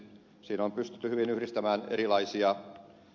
siinä on pystytty hyvin yhdistämään erilaisia